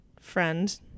friend